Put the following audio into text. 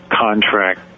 contract